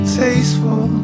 tasteful